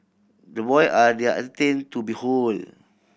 the boy are they are entertaining to behold